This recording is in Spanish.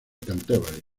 canterbury